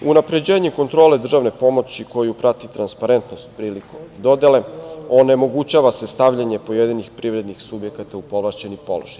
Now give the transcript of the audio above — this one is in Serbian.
Unapređenje kontrole državne pomoći koja prati transparentnost podele onemogućava se stavljanje pojedinih privredih subjekata u povlašćeni položaj.